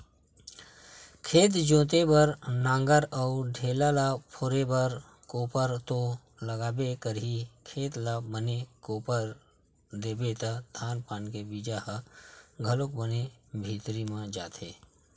खेत जोते बर नांगर अउ ढ़ेला ल फोरे बर कोपर तो लागबे करही, खेत ल बने कोपर देबे त धान पान के बीजा ह घलोक बने भीतरी म जाथे